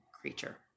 creature